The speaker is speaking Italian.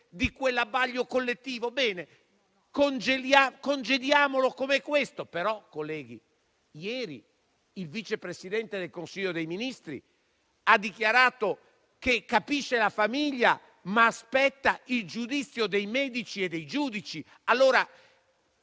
di quell'abbaglio collettivo. Congediamolo, interpretandolo così. Colleghi, ieri però il Vice Presidente del Consiglio dei ministri ha dichiarato che capisce la famiglia, ma aspetta il giudizio dei medici e dei giudici. Trovo